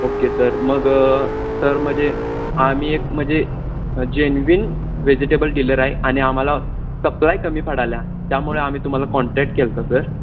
okay sir मग sir म्हणजे आम्ही एक म्हणजे जेनवीन व्हेजिटेबल डीलर आहे आणि आम्हाला सप्लाय कमी पडाल्या त्यामुळे आम्ही तुम्हाला कॉन्टॅक्ट केला होता सर